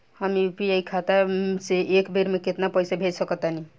हम यू.पी.आई खाता से एक बेर म केतना पइसा भेज सकऽ तानि?